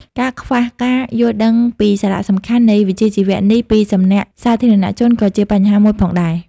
ការខ្វះការយល់ដឹងពីសារៈសំខាន់នៃវិជ្ជាជីវៈនេះពីសំណាក់សាធារណជន ក៏ជាបញ្ហាមួយផងដែរ។